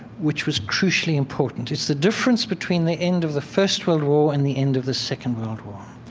which was crucially important. it's the difference between the end of the first world war and the end of the second world war.